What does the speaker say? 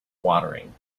watering